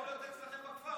יכול להיות שאתה קונה בכפר.